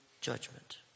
judgment